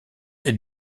est